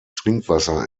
trinkwasser